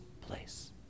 place